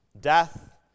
death